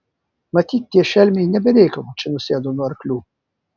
matyt tie šelmiai ne be reikalo čia nusėdo nuo arklių